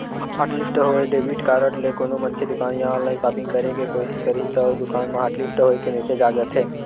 hotlist होए debit card ले कोनो मनखे दुकान या ऑनलाईन सॉपिंग करे के कोसिस करही त ओ दुकान म हॉटलिस्ट होए के मेसेज आ जाथे